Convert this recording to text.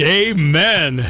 amen